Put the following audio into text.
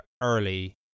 early